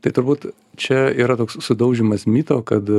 tai turbūt čia yra toks sudaužymas mito kad